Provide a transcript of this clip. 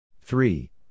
Three